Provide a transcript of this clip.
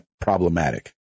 problematic